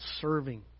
serving